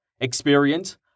experience